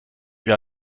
wir